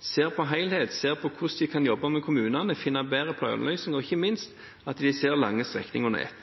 ser på helhet, ser på hvordan de kan jobbe med kommunene, finner bedre planløsning, og ikke minst at de ser lange strekninger under ett.